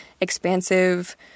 expansive